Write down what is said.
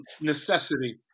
necessity